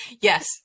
yes